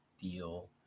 deal